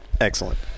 Excellent